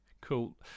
Cool